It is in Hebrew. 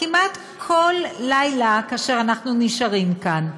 כמעט כל לילה כאשר אנחנו נשארים כאן,